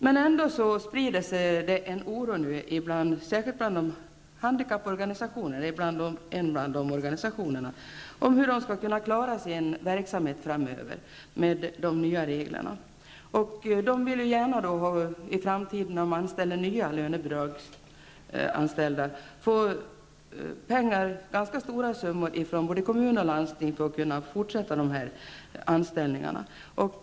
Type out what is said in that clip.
Men ändå sprider det sig nu en oro, särskilt inom en av handikapporganisationerna, för hur man med de nya reglerna skall kunna klara sin verksamhet framöver. Man vill när man i framtiden anställer nya lönebidragsanställda få ganska stora summor från både kommun och landsting för att kunna fortsätta med dessa anställningar.